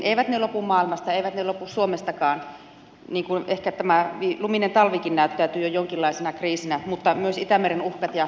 eivät ne lopu maailmasta eivät ne lopu suomestakaan niin kuin ehkä tämä luminen talvikin näyttäytyy jo jonkinlaisena kriisinä mutta myös itämeren uhkat ja biologiset uhkat